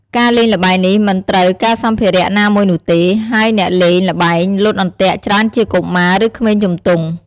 ការលេងល្បែងនេះមិនត្រូវការសម្ភារៈណាមួយនោះទេ ហើយអ្នកលេងល្បែងលោតអន្ទាក់ច្រើនជាកុមារឬក្មេងជំទង់។